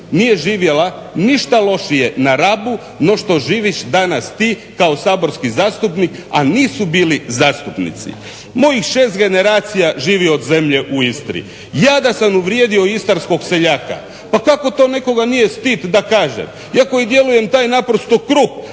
nije živjela ništa lošije na Rabu no što živiš danas ti kao saborski zastupnik a nisu bili zastupnici. Mojih 6 generacija živi od zemlje u Istri. Ja da sam uvrijedio istarskog seljaka, pa kako to nije stid da kaže. Iako i djelujem taj naprosto kruh